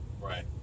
Right